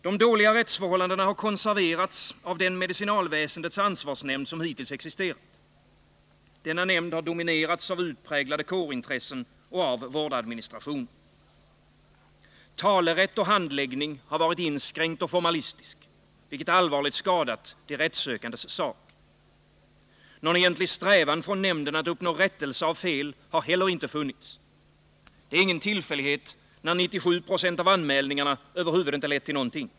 De dåliga rättsförhållandena har konserverats av den medicinalväsendets ansvarsnämnd som hittills existerat. Denna nämnd har dominerats av utpräglade kårintressen och av vårdadministrationen. Talerätt och handläggning har varit inskränkta och formalistiska, vilket allvarligt skadat de rättssökandes sak. Någon egentlig strävan från nämnden att uppnå rätielse av fel har heller icke funnits. Det är ingen tillfällighet när 97 Jo av anmälningarna över huvud inte lett till någonting.